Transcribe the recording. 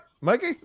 Mikey